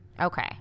Okay